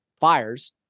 fires